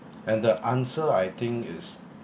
and the answer I think is